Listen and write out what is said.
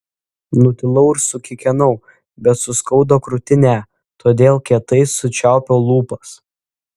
nutilau ir sukikenau bet suskaudo krūtinę todėl kietai sučiaupiau lūpas